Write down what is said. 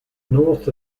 north